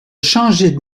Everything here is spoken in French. changer